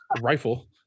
rifle